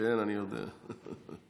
חבריי חברי הכנסת,